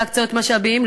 להקצות משאבים,